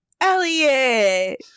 Elliot